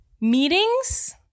meetings